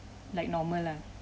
like normal lah